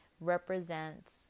represents